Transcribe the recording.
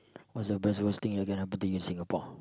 what is the best worst thing that you can happen in Singapore